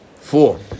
four